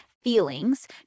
feelings